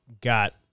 got